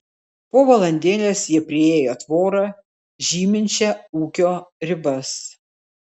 po valandėlės jie priėjo tvorą žyminčią ūkio ribas